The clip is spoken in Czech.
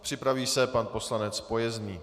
Připraví se pan poslanec Pojezný.